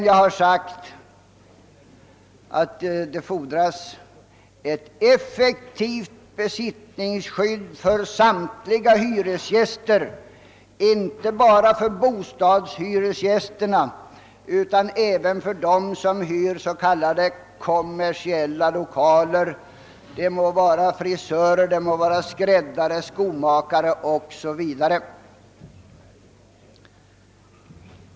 Jag har dock sagt att det i så fall fordras ett effektivt besittningsskydd för samtliga hyresgäster, inte bara för bostadshyresgästerna utan även för dem som hyr s.k. kommersiella lokaler — det må vara frisörer, skräddare, skomakare eller andra.